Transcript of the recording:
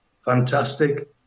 fantastic